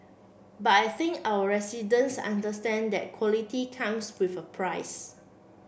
but I think our residents understand that quality comes with a price